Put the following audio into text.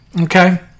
Okay